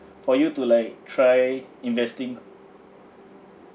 for you to like try investing